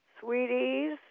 Sweeties